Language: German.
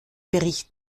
bericht